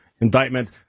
indictment